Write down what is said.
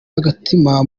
agatima